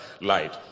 light